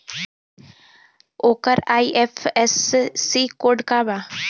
ओकर IFSC code का बा?